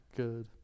good